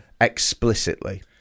explicitly